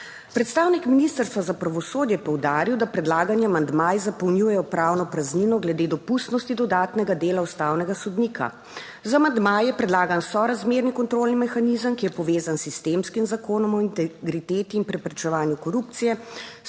Predstavnik Ministrstva za pravosodje je poudaril, da predlagani amandmaji zapolnjujejo pravno praznino glede dopustnosti dodatnega dela ustavnega sodnika. Z amandmaji je predlagan sorazmerni kontrolni mehanizem, ki je povezan s sistemskim zakonom o integriteti in preprečevanju korupcije,